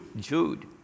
Jude